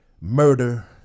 murder